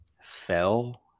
fell